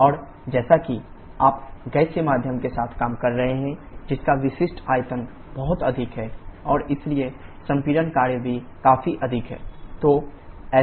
और जैसा कि आप गैसीय माध्यम के साथ काम कर रहे हैं जिसका विशिष्ट आयतन बहुत अधिक है और इसलिए संपीड़न कार्य भी काफी अधिक है